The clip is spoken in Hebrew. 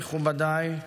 מכובדיי,